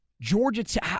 Georgia